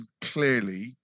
clearly